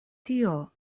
tio